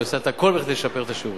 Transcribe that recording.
והיא עושה את הכול כדי לשפר את השירות.